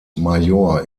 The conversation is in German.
major